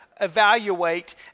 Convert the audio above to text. evaluate